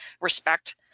respect